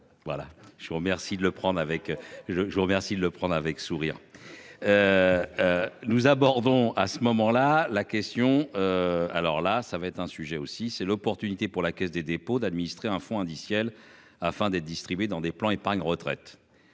je je vous remercie de le prendre avec sourire. Nous abordons à ce moment-là la question. Alors là ça va être un sujet aussi c'est l'opportunité pour la Caisse des dépôts d'administrer un fonds indiciel afin d'être distribués dans des plans épargne retraite.